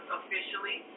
officially